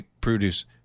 produce